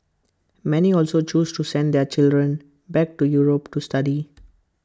many also choose to send their children back to Europe to study